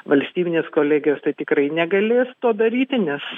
valstybinės kolegijos tai tikrai negalės to daryti nes